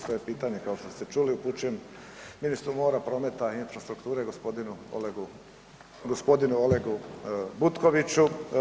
Svoje pitanje kao što ste čuli ministru mora, prometa i infrastrukture gospodinu Olegu Butkoviću.